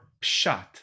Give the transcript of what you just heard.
pshat